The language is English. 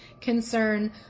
concern